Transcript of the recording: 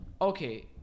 Okay